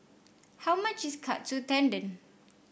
how much is Katsu Tendon